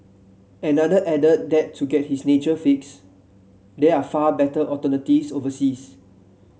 another added that to get his nature fix there are far better alternatives overseas